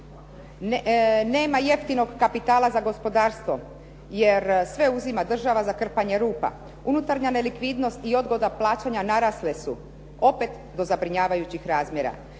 nema jeftinog kapitala za gospodarstvo, jer sve uzima država za krpanje rupa. Unutarnja likvidnost i odgoda plaćanja narasle su opet do zabrinjavajućih razmjera.